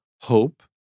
hope